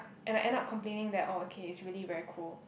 and I end up complaining that oh okay is really very cool